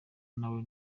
nawe